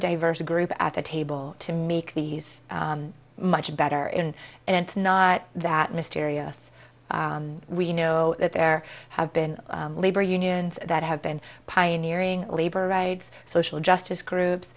diverse group at the table to make these much better in and it's not that mysterious we know that there have been labor unions that have been pioneering labor rights social justice groups